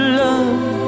love